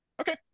Okay